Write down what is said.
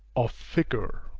of figure.